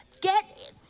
Get